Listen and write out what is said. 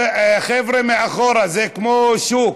חבר'ה מאחורה, זה כמו שוק.